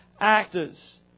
actors